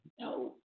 No